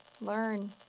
Learn